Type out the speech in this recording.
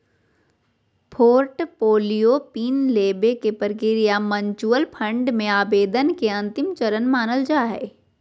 portfolio pin लेबे के प्रक्रिया म्यूच्यूअल फंड मे आवेदन के अंतिम चरण मानल जा हय